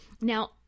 Now